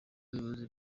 ubuyobozi